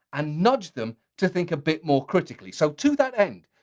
and nudge them to think a bit more critically. so to that end,